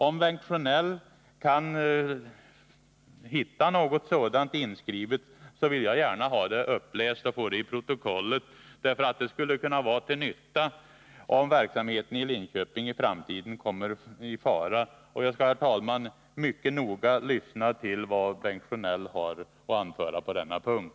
Om Bengt Sjönell kan hitta något sådant inskrivet, vill jag gärna ha det uppläst och få det i protokollet, för det skulle kunna vara till nytta om Linköping i framtiden kommer i fara. Jag skall, herr talman, mycket noga lyssna till vad Bengt Sjönell har att anföra på denna punkt.